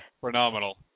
phenomenal